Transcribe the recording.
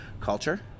culture